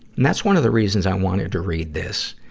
and that's one of the reasons i wanted to read this,